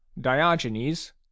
Diogenes